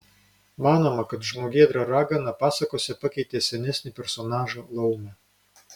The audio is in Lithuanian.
manoma kad žmogėdra ragana pasakose pakeitė senesnį personažą laumę